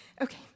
Okay